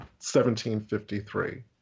1753